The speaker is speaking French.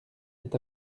est